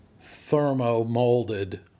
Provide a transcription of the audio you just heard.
thermo-molded